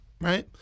Right